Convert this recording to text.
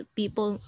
people